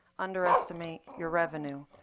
underestimate your revenue.